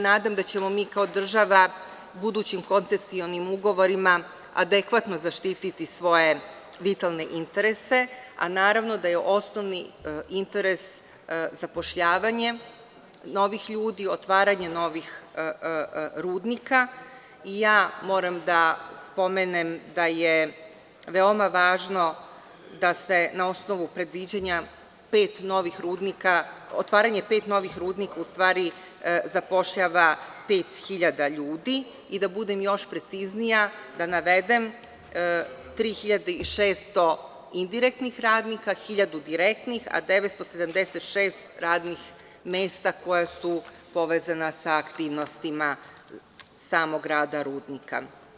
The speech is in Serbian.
Nadam se da ćemo, kao država, budućim koncesionim ugovorima adekvatno zaštiti skvoje vitalne interesa, a naravno da je osnovni interes zapošljavanje novih ljudi, otvaranje novih rudnika i ja moram da spomenem da je veoma važno da se na osnovu otvaranja pet novih rudnika zapošljava pet hiljada ljudi i da budem još preciznija, da navedem: 3.600 indirektnih radnika, hiljadu direktnih, 976 radnih mesta koja su povezana sa aktivnostima samog rada rudnika.